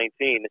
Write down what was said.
2019